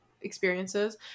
experiences